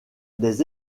des